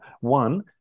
One